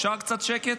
אפשר קצת שקט?